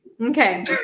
Okay